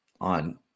on